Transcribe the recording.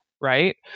right